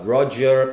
Roger